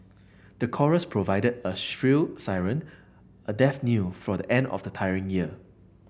the chorus provided a shrill siren a death knell for the end of a tiring year